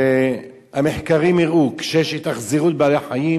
שהמחקרים הראו שכשיש התאכזרות לבעלי-חיים,